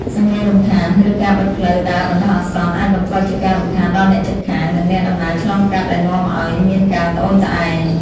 សំឡេងរំខាន ឬការបិទផ្លូវដើរបណ្ដោះអាសន្ន អាចបង្កជាការរំខានដល់អ្នកជិតខាង និងអ្នកដំណើរឆ្លងកាត់ដែលនាំឱ្យមានការត្អូញត្អែរ។